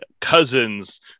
cousins